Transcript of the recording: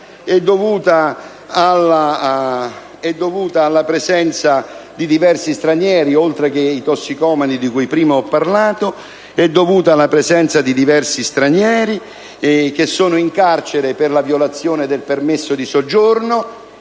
è dovuta alla presenza di diversi stranieri, oltre che di tossicomani di cui prima ho parlato, che sono in carcere per la violazione delle norme sul permesso di soggiorno